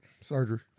Surgery